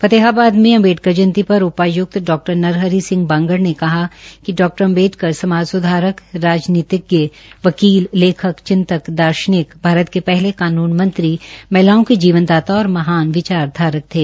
फतेहबाद के अम्बेडकर जयंती पर उपायुक्त डा नरहरि सिंह बांगड़ ने कहा कि डॉ अम्बेडकर समाज सुधारक राजनीतिज्ञ वकील लेखक चिंतक दार्शनिक भारत के पहले कानून मंत्री महिलाओं के जीवन दाता और महान विचार धारक थे